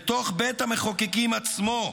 בתוך בית המחוקקים עצמו,